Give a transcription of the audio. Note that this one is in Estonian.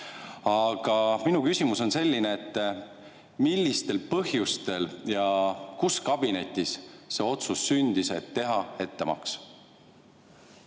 Aga minu küsimus on selline: millistel põhjustel ja kus kabinetis see otsus sündis, et teha ettemaks?